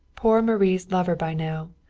poor marie's lover by now,